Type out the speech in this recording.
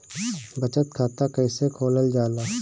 बचत खाता कइसे खोलल जाला?